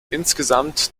insgesamt